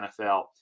NFL